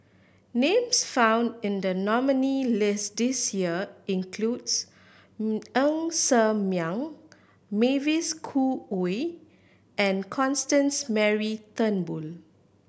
names found in the nominee list this year includes Ng Ser Miang Mavis Khoo Oei and Constance Mary Turnbull